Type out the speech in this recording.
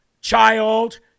child